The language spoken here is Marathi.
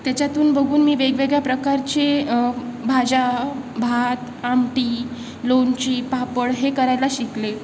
त्याच्यातून बघून मी वेगवेगळ्या प्रकारचे भाज्या भात आमटी लोणची पापड हे करायला शिकले